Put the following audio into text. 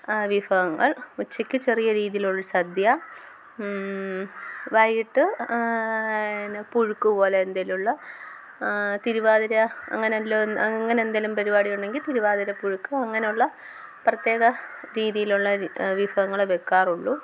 വിഭവങ്ങൾ ഉച്ചയ്ക്ക് ചെറിയ രീതിയിലുള്ളൊരു സദ്യ വൈകിട്ട് എന്ന പുഴുക്ക് പോലെ എന്തേലുമുള്ള തിരുവാതിര അങ്ങനെ എല്ലാം അങ്ങനെ എന്തേലും പരിപാടി ഉണ്ടെങ്കിൽ തിരുവാതിര പുഴുക്കോ അങ്ങനെ ഉള്ള പ്രേത്യക രീതിയിലുള്ള വിഭവങ്ങളെ വയ്ക്കാറുള്ളു